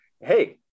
hey